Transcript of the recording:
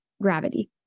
gravity